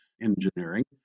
engineering